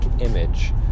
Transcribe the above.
image